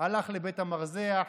הלך לבית המרזח,